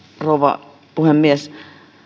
rouva puhemies